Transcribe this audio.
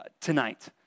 tonight